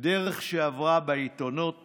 דרך שעברה בעיתונות